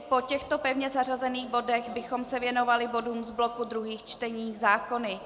Po těchto pevně zařazených bodech bychom se věnovali bodům z bloku druhé čtení zákony.